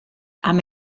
amb